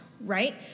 right